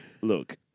Look